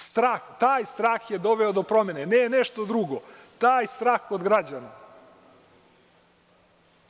Strah, taj strah je doveo do promene, ne nešto drugo, taj strah kod građana,